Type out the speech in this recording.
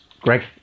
Greg